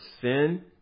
sin